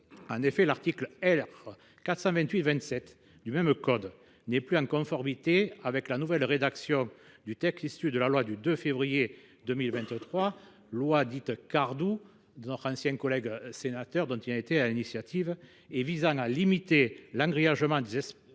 En effet, l’article R. 428 27 du même code n’est plus en conformité avec la nouvelle rédaction du texte issu de la loi du 2 février 2023, dite loi Cardoux, du nom de notre ancien collègue sénateur, qui en fut l’initiateur, et visant à limiter l’engrillagement des espaces